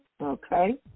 Okay